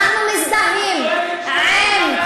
אנחנו מזדהים עם,